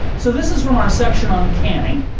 so this is from our section on canning.